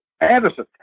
Anderson